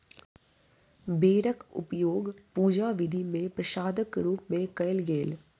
बेरक उपयोग पूजा विधि मे प्रसादक रूप मे कयल गेल